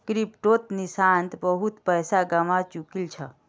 क्रिप्टोत निशांत बहुत पैसा गवा चुकील छ